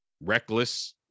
reckless